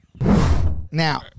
Now